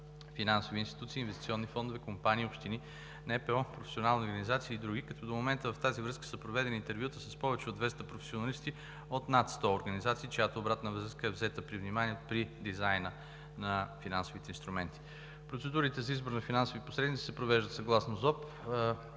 финансови институции, инвестиционни фондове, компании, общини, НПО, професионални организации, и други. До момента в тази връзка са проведени интервюта с повече от 200 професионалисти от над 100 организации, чиято обратна връзка е взета под внимание при дизайна на финансовите инструменти. Процедурите за избор на финансови посредници се провеждат съгласно